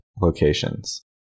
locations